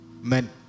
men